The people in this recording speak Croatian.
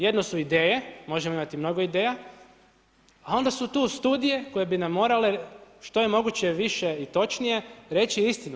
Jedno su ideje, možemo imati mnogo ideja, a onda su tu studije koje bi nam morale što je moguće više i točnije reći istinu.